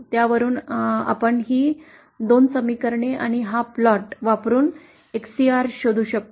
त्यावरून आपण ही 2 समीकरणे आणि हा प्लॉट वापरुन Xcr शोधू शकतो